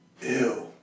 Ew